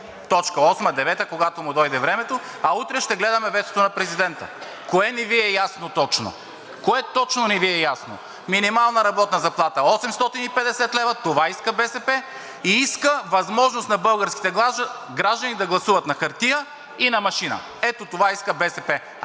девета, когато му дойде времето, а утре ще гледаме ветото на президента. Кое не Ви е ясно точно? Кое точно не Ви е ясно? Минимална работна заплата 850 лв., това иска БСП и иска възможност на българските граждани да гласуват на хартия и на машина. Ето това иска БСП.